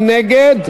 מי נגד?